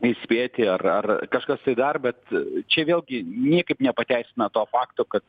įspėti ar kažkas tai dar bet čia vėlgi niekaip nepateisina to fakto kad